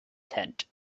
tent